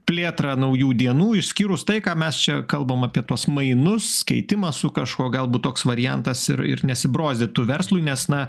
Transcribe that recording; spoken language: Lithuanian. plėtrą naujų dienų išskyrus tai ką mes čia kalbam apie tuos mainus keitimą su kažkuo galbūt toks variantas ir ir nesibrozdytų verslui nes na